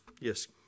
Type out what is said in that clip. Yes